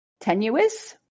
tenuous